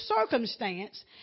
circumstance